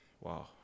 Wow